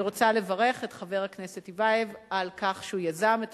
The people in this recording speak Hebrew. אני רוצה לברך את חבר הכנסת טיבייב על כך שהוא יזם את